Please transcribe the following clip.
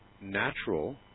natural